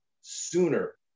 sooner